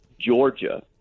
georgia